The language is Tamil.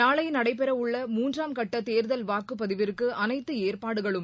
நாளை நடைபெறவுள்ள மூன்றாம்கட்ட தேர்தல் வாக்குப்பதிவிற்கு அனைத்து ஏற்பாடுகளும்